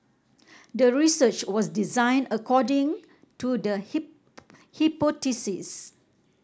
the research was designed according to the hypothesis